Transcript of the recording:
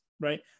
right